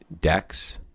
decks